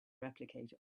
replicate